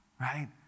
right